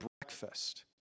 breakfast